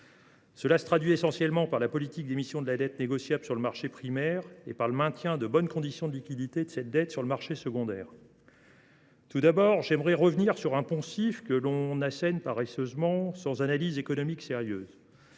se traduit essentiellement par la politique d’émission de la dette négociable sur le marché primaire et par le maintien de bonnes conditions de liquidité de cette dette sur le marché secondaire. Tout d’abord, j’aimerais revenir sur un poncif que l’on assène paresseusement sans analyse économique sérieuse